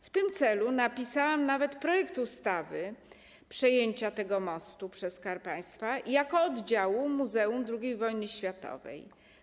W tym celu napisałam nawet projekt ustawy przejęcia tego mostu przez Skarb Państwa jako oddziału Muzeum II Wojny Światowej.